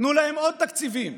תנו להם עוד תקציבים.